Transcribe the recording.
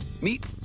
Meet